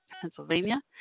Pennsylvania